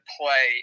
play